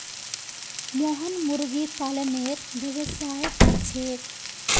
मोहन मुर्गी पालनेर व्यवसाय कर छेक